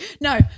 No